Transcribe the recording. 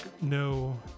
no